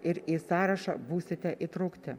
ir į sąrašą būsite įtraukti